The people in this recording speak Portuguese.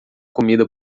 comida